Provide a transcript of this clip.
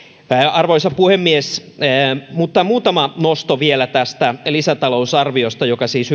arvoisa puhemies muutama nosto vielä tästä lisätalousarviosta joka siis